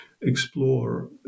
explore